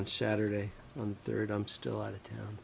on saturday on third i'm still out of town